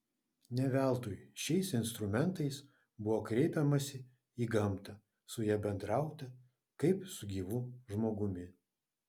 ne veltui šiais instrumentais buvo kreipiamasi į gamtą su ja bendrauta kaip su gyvu žmogumi